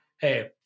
Hey